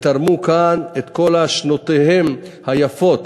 תרמו כאן את כל שנותיהם היפות,